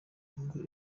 n’ubwo